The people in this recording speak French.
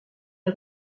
est